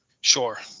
sure